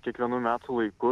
kiekvienu metų laiku